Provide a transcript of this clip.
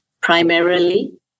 primarily